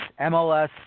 MLS